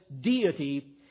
deity